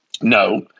No